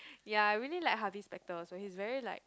ya I really like Harvey-Specter so he's very like